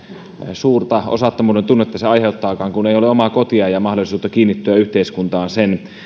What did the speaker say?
suurta osattomuuden tunnetta se aiheuttaakaan kun ei ole omaa kotia ja mahdollisuutta kiinnittyä yhteiskuntaan sen